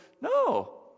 No